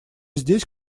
здесь